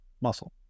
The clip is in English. muscle